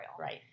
Right